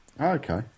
Okay